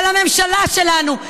על הממשלה שלנו,